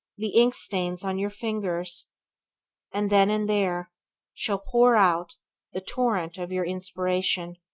the ink stains on your fingers and then and there shall pour out the torrent of your inspiration.